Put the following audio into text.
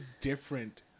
different